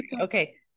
okay